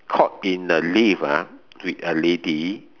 caught in the lift ah with a lady